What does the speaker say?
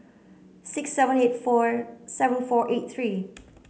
six seven eight four seven four eight three